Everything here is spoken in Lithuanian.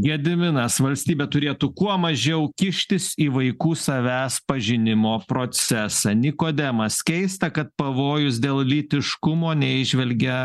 gediminas valstybė turėtų kuo mažiau kištis į vaikų savęs pažinimo procesą nikodemas keista kad pavojus dėl lytiškumo neįžvelgia